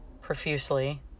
profusely